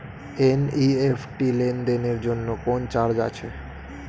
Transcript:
NEFT লেনদেনের জন্য কোন চার্জ আছে?